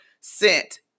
sent